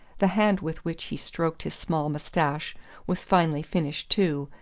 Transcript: the hand with which he stroked his small moustache was finely-finished too,